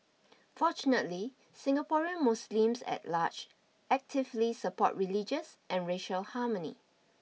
fortunately Singaporean Muslims at large actively support religious and racial harmony